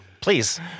Please